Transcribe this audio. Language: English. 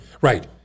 Right